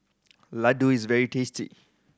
ladoo is very tasty